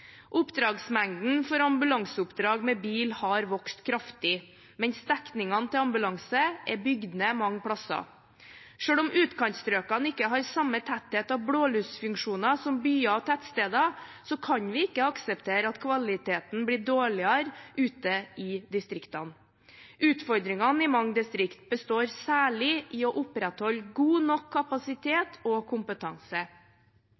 ambulanseoppdrag med bil har vokst kraftig, mens dekningen av ambulanse er bygd ned mange steder. Selv om utkantstrøkene ikke har samme tetthet av blålysfunksjoner som byer og tettsteder, kan vi ikke akseptere at kvaliteten blir dårligere ute i distriktene. Utfordringene i mange distrikter består særlig i å opprettholde god nok